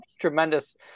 tremendous